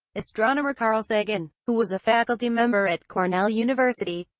astronomer carl sagan, who was a faculty member at cornell university,